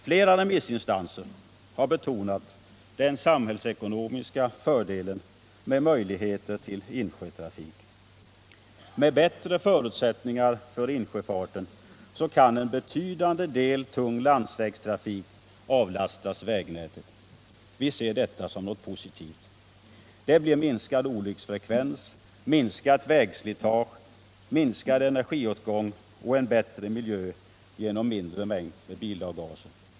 Flera remissinstanser har betonat den samhällsekonomiska fördelen med möjligheter till insjötrafik. Med bättre förutsättningar för insjöfarten kan en betydande del tung landsvägstrafik avlastas vägnätet. Vi ser detta som något positivt. Det blir minskad olycksfrekvens, minskat vägslitage, minskad energiåtgång och en bättre miljö genom mindre mängd bilavgaser.